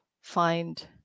find